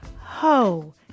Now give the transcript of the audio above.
ho